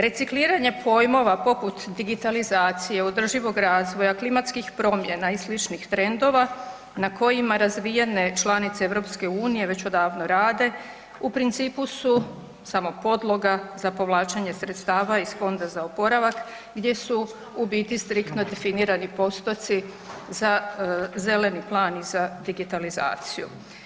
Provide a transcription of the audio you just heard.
Recikliranje pojmova poput digitalizacije, održivog razvoja, klimatskih promjena i sličnih trendova na kojima razvijene članice EU-a već odavno rade, u principu su samo podloga za povlačenje sredstva iz Fonda za oporavak gdje su biti striktno definirani postotci za zeleni plan i za digitalizaciju.